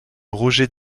roger